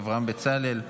אברהם בצלאל,